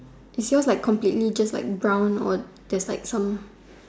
is just like completely just like brown or there's like some